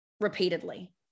repeatedly